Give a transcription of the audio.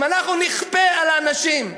אם אנחנו נכפה על אנשים,